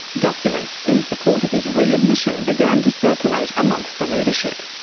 documents in support of his re-admission began to circulate amongst the leadership.